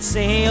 Say